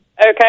Okay